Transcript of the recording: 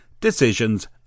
decisions